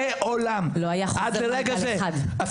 מעולם עד לרגע זה.